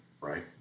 right